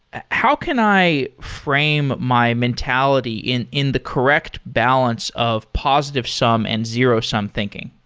ah how can i frame my mentality in in the correct balance of positive-sum and zero-sum thinking?